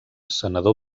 senador